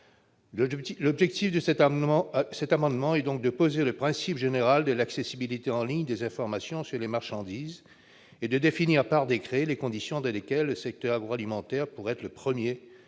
L'objectif de cet amendement est donc de poser le principe général de l'accessibilité en ligne des informations sur les marchandises et de définir par décret les conditions dans lesquelles le secteur agroalimentaire pourrait être le premier à